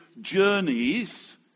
journeys